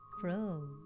flow